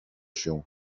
się